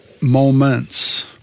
moments